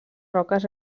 roques